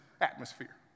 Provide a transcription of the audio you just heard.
atmosphere